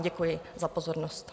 Děkuji vám za pozornost.